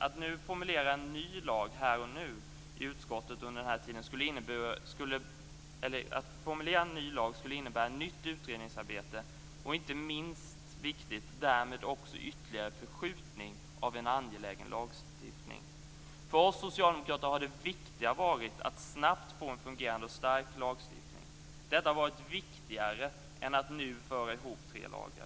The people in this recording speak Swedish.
Att formulera en ny lag skulle innebära ett nytt utredningsarbete och, inte minst viktigt, därmed också en ytterligare förskjutning av en angelägen lagstiftning. För oss socialdemokrater har det viktiga varit att snabbt få en fungerande och stark lagstiftning. Detta har varit viktigare än att nu föra ihop tre lagar.